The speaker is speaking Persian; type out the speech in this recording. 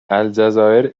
الجزایر